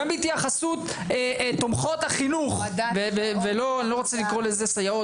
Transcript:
בהתייחסות לתומכות החינוך - ואני לא רוצה לקרוא לזה סייעות